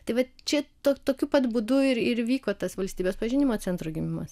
tai vat čia to tokiu pat būdu ir ir vyko tas valstybės pažinimo centro gimimas